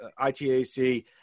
ITAC